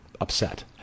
upset